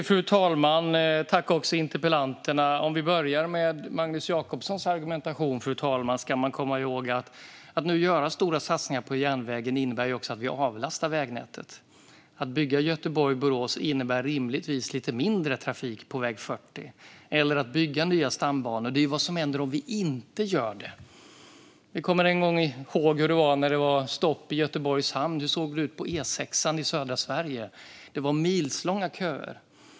Fru talman! Jag börjar med Magnus Jacobssons argumentation. Man ska komma ihåg att när vi nu gör stora satsningar på järnvägen innebär det också att vi avlastar vägnätet. Att bygga Göteborg-Borås innebär rimligtvis lite mindre trafik på väg 40. Att bygga nya stambanor handlar också om vad som händer om vi inte gör det. Vi kommer ihåg hur det var när det var stopp i Göteborgs hamn en gång. Hur såg det ut på E6 i södra Sverige då? Det var milslånga köer.